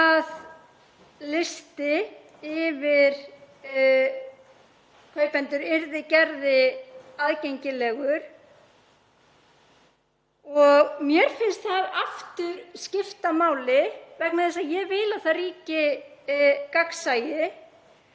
að listi yfir kaupendur yrði gerður aðgengilegur. Mér finnst það aftur skipta máli vegna þess að ég vil að það ríki gagnsæi.